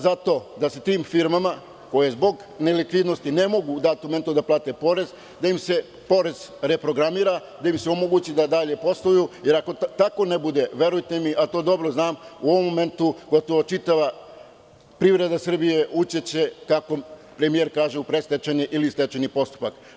Za to sam da tim firmama koje zbog nelikvidnosti ne mogu da plate porez da im se porez reprogramira i da im se omogući da dalje posluju, jer ako ne bude tako verujte mi, a to dobro znam u ovom momentu gotovo čitava privreda Srbije će ući, kako premijer kaže u predstečajni ili stečajni postupak.